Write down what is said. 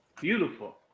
beautiful